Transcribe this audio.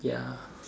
ya